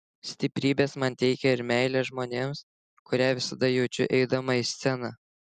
stiprybės man teikia ir meilė žmonėms kurią visada jaučiu eidama į sceną